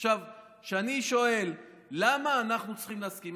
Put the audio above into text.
עכשיו, אני שואל, למה אנחנו צריכים להסכים?